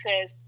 says